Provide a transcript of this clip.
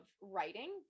writing